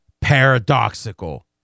paradoxical